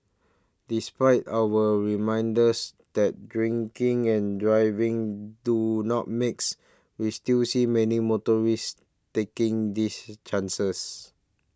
despite our reminders that drinking and driving do not mix we still see many motorists taking these chances